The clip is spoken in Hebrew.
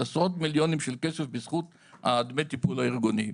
עשרות מיליונים של כסף בזכות דמי הטיפול הארגוני.